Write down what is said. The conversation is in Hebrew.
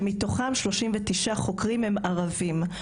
ומתוכם 39 חוקרים הם ערביים,